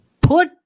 Put